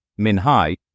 Minhai